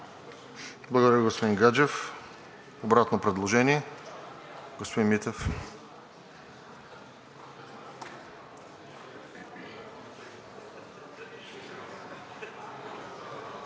Благодаря, господин Гаджев. Обратно предложение? Господин Митев.